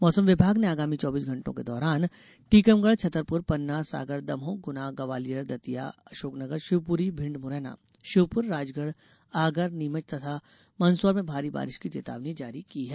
मौसम विभाग ने आगामी चौबीस घंटों के दौरान टीकमगढ छतरपुर पन्ना सागर दमोह गुना ग्वालियर दतिया अशोकनगर शिवपुरी भिंड मुरैना श्योपुर राजगढ आगर नीमच तथा मंदसौर में भारी बारिश की चेतावनी जारी की है